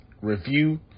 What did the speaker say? review